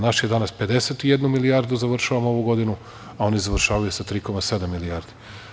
Naš je danas, 51 milijardu, završavamo ovu godinu , a oni završavaju sa 3,7 milijardi.